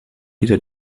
dieser